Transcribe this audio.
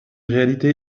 réalité